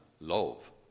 love